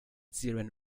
zieren